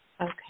Okay